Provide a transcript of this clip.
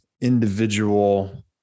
individual